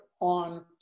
on